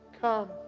come